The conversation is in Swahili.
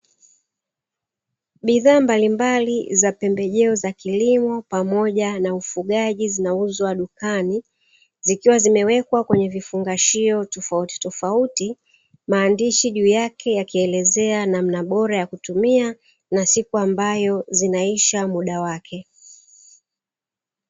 Bidhaa mbalimbali za pembejeo za kilimo pamoja na ufugaji zinauzwa dukani, zikiwa zimewekwa kwenye vifungashio tofautitofauti. Maandishi juu yake yakielezea namna bora ya kutumia na siku ambayo zinaisha mda wake.